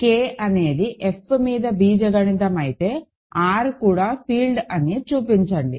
K అనేది F మీద బీజగణితమైతే R కూడా ఫీల్డ్ అని చూపించండి